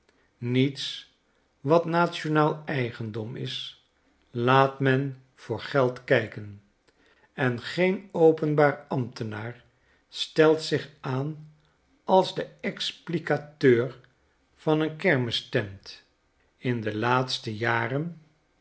niets wat nationaal eigendom is laat men voor geld kijken en geen openbaar ambtenaar stelt zich aan als de explicateur van een kermistent in de laatste jaren